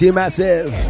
massive